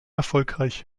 erfolgreich